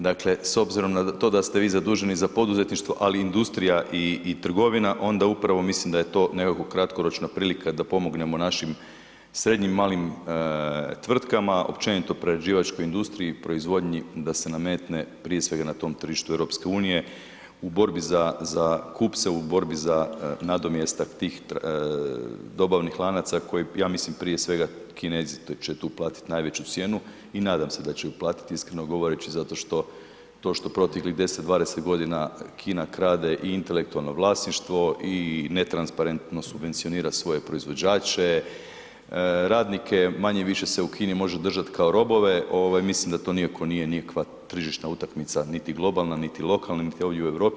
Dakle, s obzirom na to da ste vi zaduženi za poduzetništvo, ali i industrija i trgovina onda upravo mislim da je to nekako kratkoročna prilika da pomognemo našim srednjim i malim tvrtkama, općenito prerađivačkoj industriji i proizvodnji da se nametne prije svega na tom tržištu EU u borbi za kupce, u borbi za nadomjestak tih dobavnih lanaca koje ja mislim prije svega Kinezi će tu platiti najveću cijenu i nadam se će ju platiti iskreno govoreći, zato što to proteklih 10, 20 godina Kina krade i intelektualno vlasništvo i netransparentno subvencionira svoje proizvođače, radnike manje-više se u Kini može držati kao robove, mislim da to nikako nije nikakva tržišna utakmica niti globalna, niti lokalna, niti ovdje u Europi.